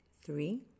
three